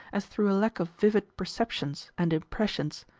as through a lack of vivid perceptions and impressions.